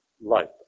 life